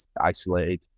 isolated